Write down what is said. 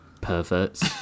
perverts